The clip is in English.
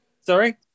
Sorry